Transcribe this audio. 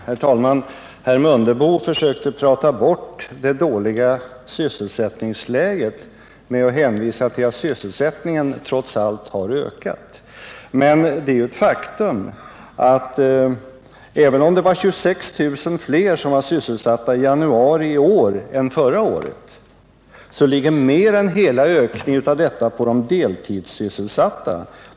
Herr talman! Herr Mundebo försökte prata bort det dåliga sysselsättningsläget med att hänvisa till att sysselsättningen trots allt har ökat. Men även om 26 000 fler var sysselsatta i januari i år än i januari förra året är det ett faktum att mer än hela denna ökning ligger på de deltidssysselsatta.